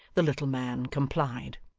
the little man complied